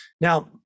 Now